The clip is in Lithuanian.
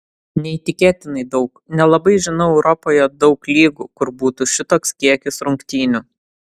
neįtikėtinai daug nelabai žinau europoje daug lygų kur būtų šitoks kiekis rungtynių